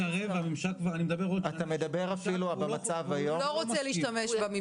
אם הוא מסרב --- אם הוא לא רוצה להשתמש בממשק.